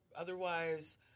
Otherwise